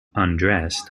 undressed